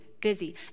busy